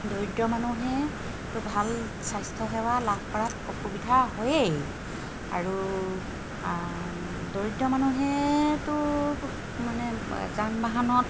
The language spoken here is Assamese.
দৰিদ্ৰ মানুহেতো ভাল স্বাস্থ্যসেৱা লাভ কৰাত অসুবিধা হয়েই আৰু দৰিদ্ৰ মানুহেতো মানে যান বাহানত